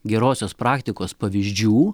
gerosios praktikos pavyzdžių